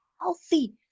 healthy